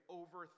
over